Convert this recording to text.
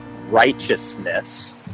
righteousness